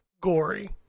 Gory